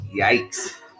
Yikes